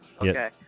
Okay